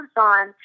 on